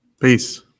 Peace